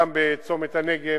גם בצומת הנגב.